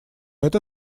это